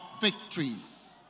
victories